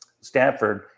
Stanford